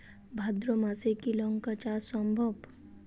ভাদ্র মাসে কি লঙ্কা চাষ সম্ভব?